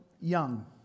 young